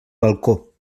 balcó